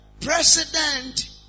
president